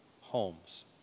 homes